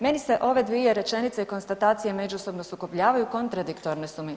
Meni se ove dvije rečenice konstatacijom međusobno sukobljavaju, kontradiktorne su mi.